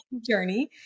journey